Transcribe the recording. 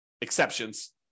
exceptions